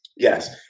Yes